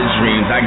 dreams